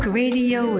radio